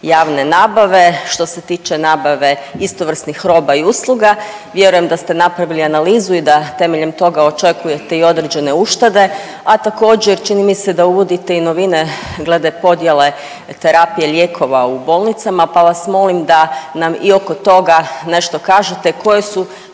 javne nabave. Što se tiče nabave istovrsnih roba i usluga vjerujem da ste napravili analizu i da temeljem toga očekujete i određene uštede, a također čini mi se da uvodite i novine glede podjele terapije lijekova u bolnicama, pa vas molim da nam i oko toga nešto kažete koje su